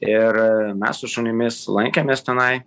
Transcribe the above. ir mes su šunimis lankėmės tenai